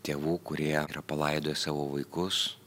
tėvų kurie yra palaidoję savo vaikus